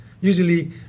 Usually